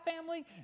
family